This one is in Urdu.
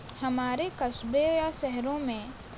ہمارے قصبے یا شہروں میں